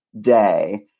day